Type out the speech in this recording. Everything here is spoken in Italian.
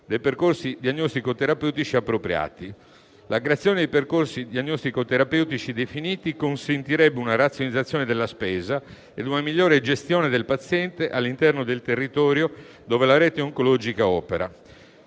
dei percorsi diagnostico-terapeutici appropriati. La creazione di percorsi diagnostico-terapeutici definiti consentirebbe una razionalizzazione della spesa e una migliore gestione del paziente all'interno del territorio dove la rete oncologica opera.